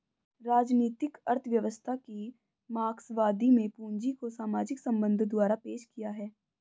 राजनीतिक अर्थव्यवस्था की मार्क्सवादी में पूंजी को सामाजिक संबंधों द्वारा पेश किया है